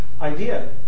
idea